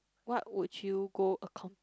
what would you go accomplish